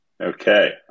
Okay